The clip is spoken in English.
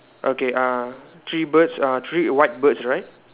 okay uh three birds uh three white birds right